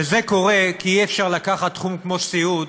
וזה קורה כי אי-אפשר לקחת תחום כמו סיעוד